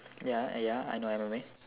ya ah ya I know M_M_A